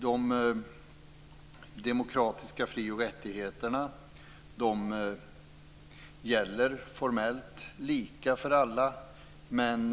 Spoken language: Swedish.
De demokratiska fri och rättigheterna gäller formellt lika för alla men